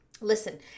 Listen